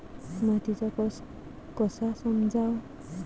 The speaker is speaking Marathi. मातीचा कस कसा समजाव?